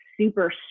super